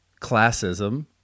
classism